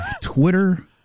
Twitter